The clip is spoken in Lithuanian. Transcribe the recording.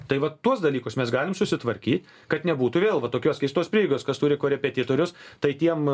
tai vat tuos dalykus mes galim susitvarkyt kad nebūtų vėl vat tokios keistos prieigos kas turi korepetitorius tai tiem